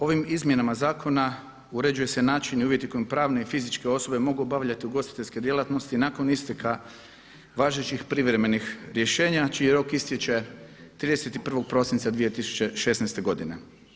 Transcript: Ovim izmjenama zakona uređuje se način i uvjeti kojim pravne i fizičke osobe mogu obavljati ugostiteljske djelatnosti nakon isteka važećih privremenih rješenja čiji rok istječe 31.12.2016. godine.